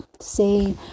say